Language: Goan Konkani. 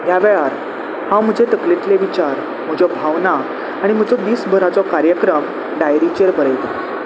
ह्या वेळार हांव म्हजे तकलेंतले विचार म्हजो भावना आनी म्हजो वीसभराचो कार्यक्रम डायरीचेर बरयतां